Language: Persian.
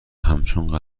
همچون